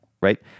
right